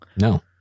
No